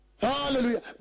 Hallelujah